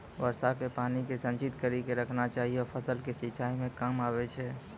वर्षा के पानी के संचित कड़ी के रखना चाहियौ फ़सल के सिंचाई मे काम आबै छै?